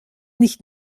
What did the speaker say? nicht